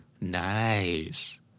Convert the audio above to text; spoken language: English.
Nice